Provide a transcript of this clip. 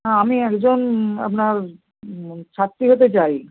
হ্যাঁ আমি একজন আপনার ছাত্রী হতে চাই